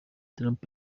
trump